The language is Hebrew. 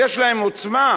ויש להם עוצמה,